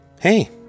Hey